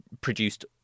produced